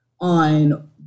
on